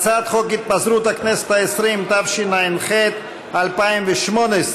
הצעת חוק התפזרות הכנסת העשרים, התשע"ח 2018,